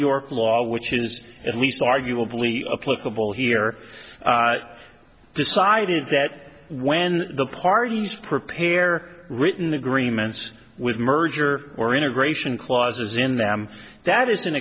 york law which is at least arguably a political here decided that when the parties prepare written agreements with merger or integration clauses in them that is an